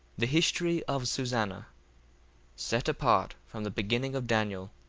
the history of susanna set apart from the beginning of daniel,